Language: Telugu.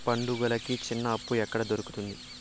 పండుగలకి చిన్న అప్పు ఎక్కడ దొరుకుతుంది